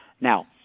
Now